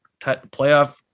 playoff